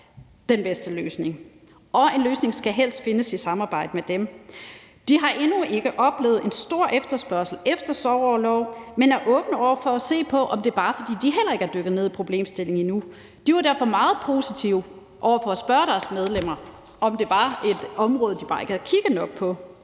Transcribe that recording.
den bedste løsning, og de synes, at en løsning helst skal findes i samarbejde med dem. De har endnu ikke oplevet en stor efterspørgsel efter sorgorlov, men er åbne over for at se på, om det bare er, fordi de heller ikke er dykket ned i problemstillingen endnu. De var derfor meget positive over for at spørge deres medlemmer, om det var et område, de bare ikke havde kigget nok på.